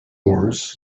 wars